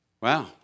Wow